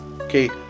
okay